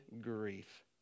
grief